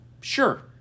Sure